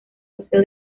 museo